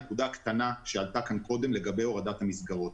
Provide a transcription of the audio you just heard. אני מוכרח להתייחס לנקודה קטנה שעלתה כאן קודם לגבי הורדת המסגרות.